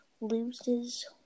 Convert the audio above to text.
loses